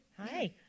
Hi